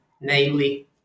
namely